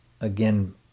again